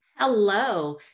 Hello